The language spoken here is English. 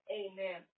amen